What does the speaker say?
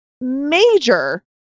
major